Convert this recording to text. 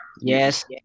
Yes